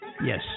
Yes